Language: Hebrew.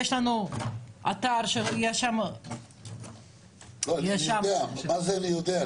יש לנו אתר שיש שם --- מה זה אני יודע,